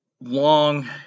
long